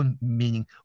meaning